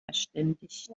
verständigt